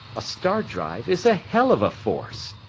a star drive is a hell of a force.